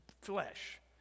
flesh